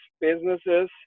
businesses